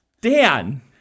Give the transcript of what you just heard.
Dan